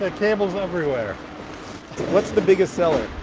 ah cables everywhere what's the biggest seller?